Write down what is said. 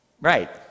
Right